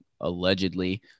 allegedly